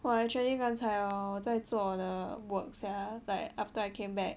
!wah! actually 刚才 hor 我在做我的 work ah like after I came back